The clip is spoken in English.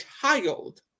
child